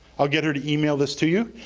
i'll get her to email this to you.